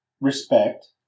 respect